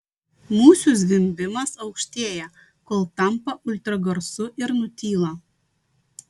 musių zvimbimas aukštėja kol tampa ultragarsu ir nutyla